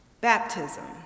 Baptism